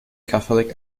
catholic